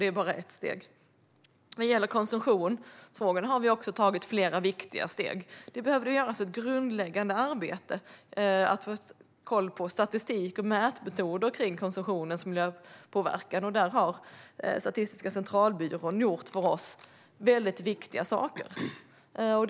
Det är bara ett steg. Vad gäller frågan om konsumtion har vi också tagit flera viktiga steg. Det behövde göras ett grundläggande arbete för att få koll på statistik och mätmetoder för konsumtionens miljöpåverkan. Där har Statistiska centralbyrån gjort viktiga saker för oss.